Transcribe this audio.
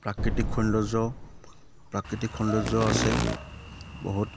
প্ৰাকৃতিক সৌন্দৰ্য প্ৰাকৃতিক সৌন্দৰ্য আছে বহুত